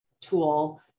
tool